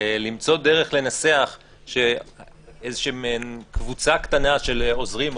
למצוא דרך לנסח שקבוצה קטנה של עוזרים,